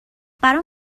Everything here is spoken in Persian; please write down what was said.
برام